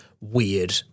weird